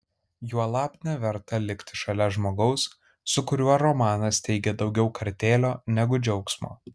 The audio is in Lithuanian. juolab neverta likti šalia žmogaus su kuriuo romanas teikia daugiau kartėlio negu džiaugsmo